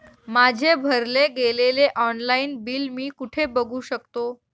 माझे भरले गेलेले ऑनलाईन बिल मी कुठे बघू शकतो?